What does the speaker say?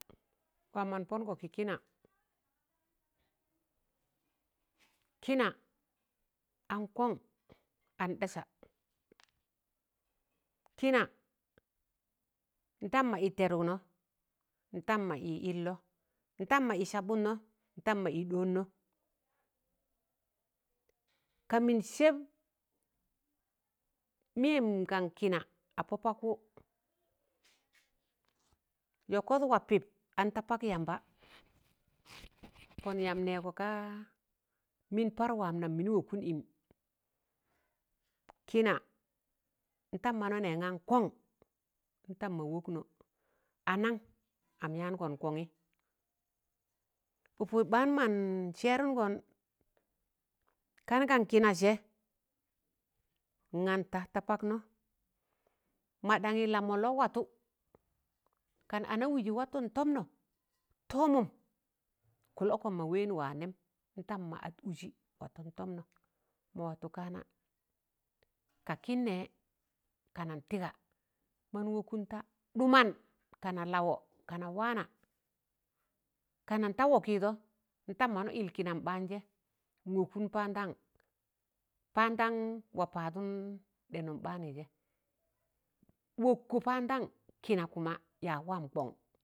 Waam mọn pọngọ kị kịna; kịna an kọṇ, an ɗasa, kịna ndam mọ ị tẹdụg nọ ntam mọ ị ịllọ, ntam mọ ị sabụdnọ, ntam mọ ị ɗọọn nọ, ka mịn sẹẹb mịyẹm gan kịna a pọpakwụ; yọkọt wa pịp an da pak yamba pọn yamb nẹẹgọ kaa mịn par waam nam mịnị wọkụn ịmụ. Kịna ndam mana nẹ ga nkọṇ ntam mọ wọknọ, a naṇ, am yaagọn kọngị? ụkụs ɓaan man sẹẹrụngọn; kan gan kịna sẹ nganta ta paknọ, maɗaṇyị lamọllọ watụ kan ana ụzị watọn tọmnọ tọọmụm kụl ọkọm mọ wẹẹn waa nẹẹm, mọ at ụzị watọn tọm nọ mọ watụ ka na ka Kịn nẹẹ kanan tịga man wọkụn ta. Ɗụman kana lawọ kana waana kanan ta wọọkịịdọ, ntam mana ịl kịna mḅaanjẹ nwọkụn paandan. paandan wa paadụn ɗẹnụm ɓaanụ jẹ. Wọkkọ paandan, kịna kuma yaag waam kọṇ.